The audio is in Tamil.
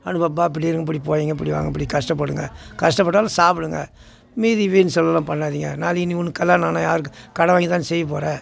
அனுப்பப்பா இப்படி இருங்க இப்படி போகாதிங்க இப்படி வாங்க இப்படி கஷ்டப்படுங்க கஷ்டப்பட்டாலும் சாப்பிடுங்க மீதி வீண் செலவெலாம் பண்ணாதீங்க நாளைக்கு நீ ஒன்று கல்யாணோன்னால் யாருக்கு கடன் வாங்கி தானே செய்ய போகிற